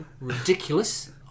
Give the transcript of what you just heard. ridiculous